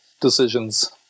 decisions